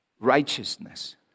righteousness